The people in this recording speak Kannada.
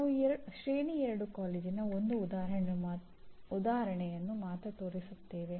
ನಾವು ಶ್ರೇಣಿ 2 ಕಾಲೇಜಿನ ಒಂದು ಉದಾಹರಣೆಯನ್ನು ಮಾತ್ರ ತೋರಿಸುತ್ತೇವೆ